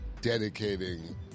dedicating